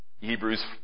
Hebrews